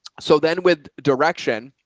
so then with direction,